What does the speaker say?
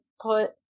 put